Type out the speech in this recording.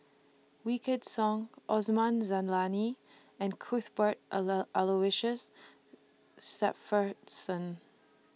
Wykidd Song Osman Zailani and Cuthbert Aloysius Shepherdson